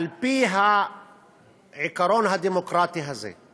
על-פי העיקרון הדמוקרטי הזה,